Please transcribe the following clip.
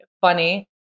funny